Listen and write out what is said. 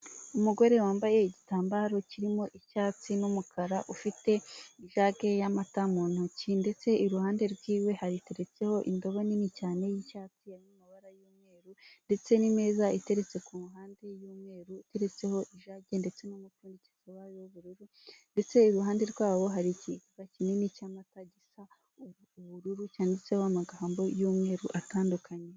Umugore wambaye igitambaro kirimo icyatsi n'umukara, ufite ijage y'amata mu ntoki ndetse iruhande rw'iwe hateretseho indobo nini cyane y'icyatsi, iri mu mabara y'umweru ndetse n'imeza iteretse ku ruhande y'umweru, iteretseho ijagi ndetse n'umupfundikizo wayo w'ubururu ndetse iruhande rwawo hari ikigega kinini cy'amata gisa ubururu, cyanditseho amagambo y'umweru atandukanye.